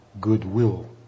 goodwill